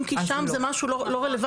אם כי שם זה משהו לא רלוונטי.